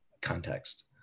context